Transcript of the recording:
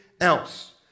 else